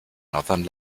northern